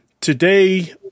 today